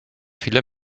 viele